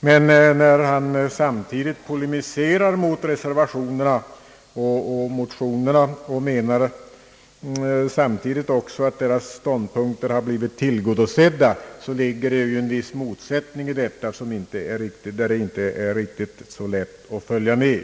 Men när han samtidigt polemiserar mot motionerna och reservationerna och ändock menar, att de däri framförda synpunkterna blivit tillgodosedda, ligger det en viss motsättning i detta. Där är det inte så lätt att följa med.